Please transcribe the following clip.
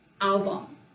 album